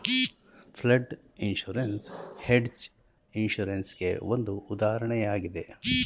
flood insurance hedge insurance ಗೆ ಒಂದು ಉದಾಹರಣೆಯಾಗಿದೆ